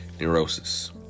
neurosis